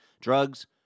drugs